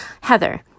Heather